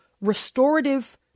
restorative